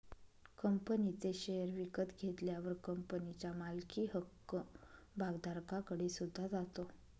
कंपनीचे शेअर विकत घेतल्यावर कंपनीच्या मालकी हक्क भागधारकाकडे सुद्धा जातो